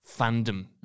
fandom